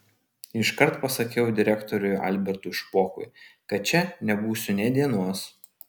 iškart pasakiau direktoriui albertui špokui kad čia nebūsiu nė dienos